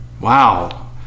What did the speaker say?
Wow